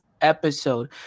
episode